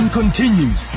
continues